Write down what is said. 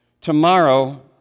Tomorrow